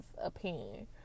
opinion